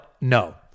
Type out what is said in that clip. no